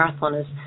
marathoners